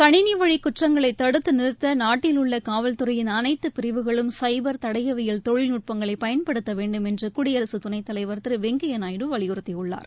கணினி வழி குற்றங்களை தடுத்து நிறுத்த நாட்டில் உள்ள காவல்துறையின் அனைத்து பிரிவுகளும் சைபர் தடையவியல் தொழில்நுட்பங்களை பயன்படுத்த வேண்டுமென்று குடியரசு துணைத்தலைவர் திரு வெங்கையா நாயுடு வலியுறுத்தியுள்ளார்